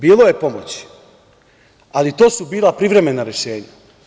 Bilo je pomoći, ali to su bila privremena rešenja.